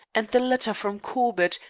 and the letter from corbett,